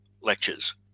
lectures